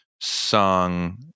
song